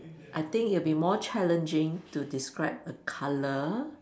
I think it'll be more challenging to describe a colour